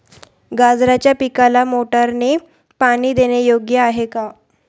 गाजराच्या पिकाला मोटारने पाणी देणे योग्य आहे का?